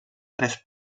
tres